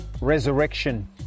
resurrection